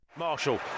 Marshall